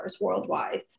worldwide